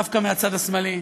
דווקא מהצד השמאלי.